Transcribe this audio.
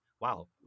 wow